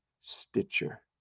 stitcher